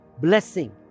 blessing